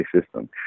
system